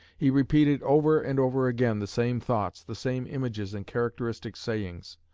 he repeated over and over again the same thoughts, the same images and characteristic sayings.